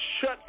shut